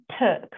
took